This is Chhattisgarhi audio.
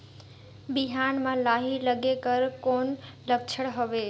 बिहान म लाही लगेक कर कौन लक्षण हवे?